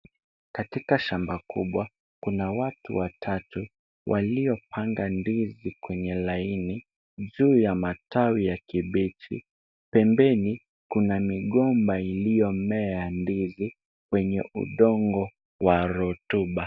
Katika shamba kubwa kuna watu watatu waliopanga ndizi kwenye laini juu ya matawi ya kibichi. Pembeni kuna migomba iliyomea ndizi kwenye udongo wa rotuba.